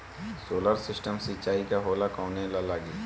Solar system सिचाई का होला कवने ला लागी?